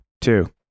two